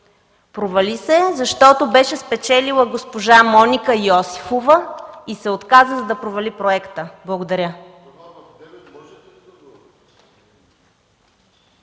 Провали се, защото беше спечелила госпожа Моника Йосифова и се отказа да провали проекта. Благодаря.